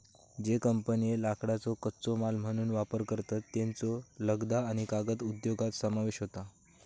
ज्ये कंपन्ये लाकडाचो कच्चो माल म्हणून वापर करतत, त्येंचो लगदा आणि कागद उद्योगात समावेश होता